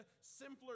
simpler